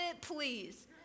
please